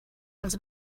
els